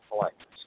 collectors